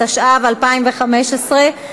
התשע"ו 2015,